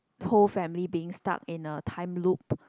whole family being stuck in a time loop